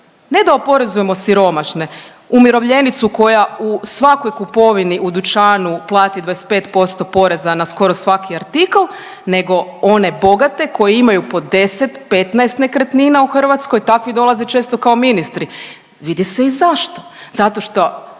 Ne da oporezujemo siromašne, umirovljenicu koja u svakoj kupovini u dućanu plati 25% poreza na skoro svaki artikl nego one bogate koji imaju po 10, 15 nekretnina u Hrvatskoj, takvi dolaze često kao ministri. Vidi se i zašto,